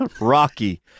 Rocky